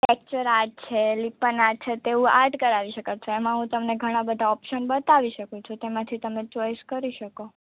texture art છે લીંપણ art છે તેવું આર્ટ કરાવી શકો છો એમાં હું તમને ઘણા બધા ઓપશન બતાવી શકું છું તેમાંથી તમે ચોઈસ કરી શકો